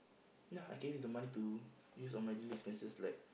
ya I can use the money to use on my daily expenses like